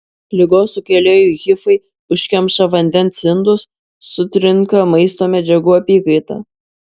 ligos sukėlėjų hifai užkemša vandens indus sutrinka maisto medžiagų apykaita